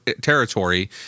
territory